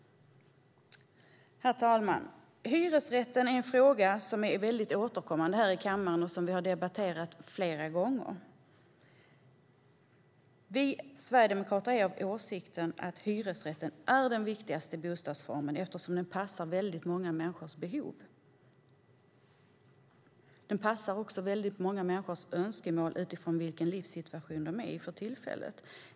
Herr talman! Hyresrätten är en ofta återkommande fråga som vi har debatterat flera gånger i kammaren. Vi sverigedemokrater är av åsikten att hyresrätten är den viktigaste bostadsformen, eftersom den passar väldigt många människors behov och önskemål utifrån vilken livssituation de är i för tillfället.